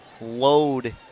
load